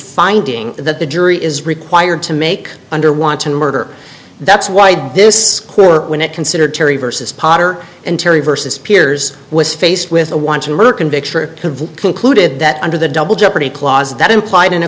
finding that the jury is required to make under want to murder that's why this court when it considered terri versus potter and terri versus peers was faced with a want to murder conviction concluded that under the double jeopardy clause that implied an a